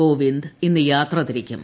കോവിന്ദ് ഇന്ന് യ്യൂത്ര്തിരിക്കും